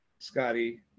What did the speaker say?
Scotty